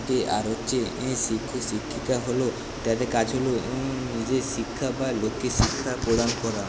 থাকে আর হচ্ছে শিক্ষক শিক্ষিকা হল তাদের কাজ হল নিজের শিক্ষা বা লোককে শিক্ষা প্রদান করা